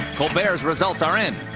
colbert's results are in!